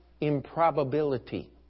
improbability